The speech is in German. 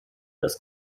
das